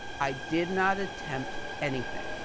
i did not attempt anything.